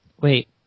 Wait